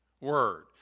word